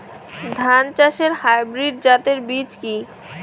ধান চাষের হাইব্রিড জাতের বীজ কি?